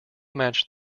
match